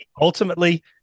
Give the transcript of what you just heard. ultimately –